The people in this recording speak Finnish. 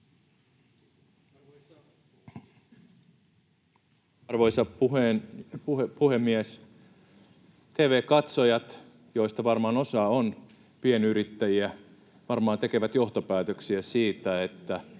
Arvoisa puhemies! Tv-katsojat, joista varmaan osa on pienyrittäjiä, varmaan tekevät johtopäätöksiä siitä, että